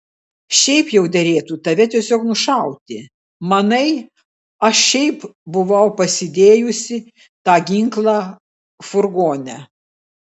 šiaip jau derėtų tave tiesiog nušauti manai aš šiaip buvau pasidėjusi tą ginklą furgone